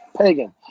Pagan